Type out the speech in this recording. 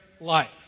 life